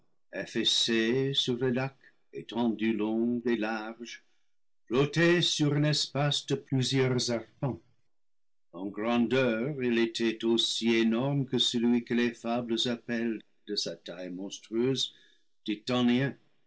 le lac étendues longues et larges flottaient sur un espace de plusieurs arpents en grandeur il était aussi énorme que celui que les fables appellent de sa taille monstrueuse titanien